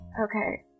Okay